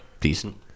Decent